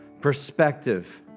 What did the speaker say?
perspective